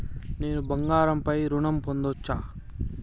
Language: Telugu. నేను బంగారం పై ఋణం పొందచ్చా?